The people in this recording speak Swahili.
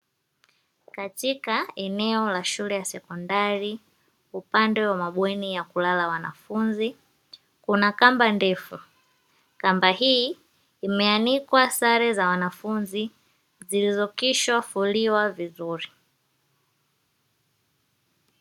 Katika eneo la shule ya sekondari, upande wa mabweni ya kulala wanafunzi, kuna namba ndefu kamba hii imeanikwa sare za wanafunzi zilizokwisha fuliwa vizuri.